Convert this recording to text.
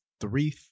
three